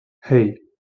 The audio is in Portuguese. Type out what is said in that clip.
hey